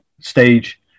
stage